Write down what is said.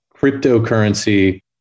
cryptocurrency